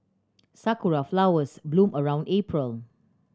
sakura flowers bloom around April